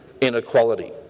inequality